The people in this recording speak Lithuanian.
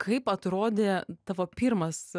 kaip atrodė tavo pirmas